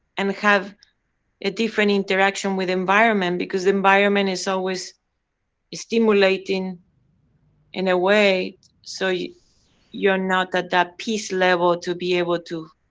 and have a different interaction with environment. because environment is always stimulating in a way so you, you are not at that peace level to be able to